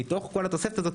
מתוך כל התוספת הזאת,